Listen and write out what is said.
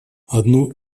одну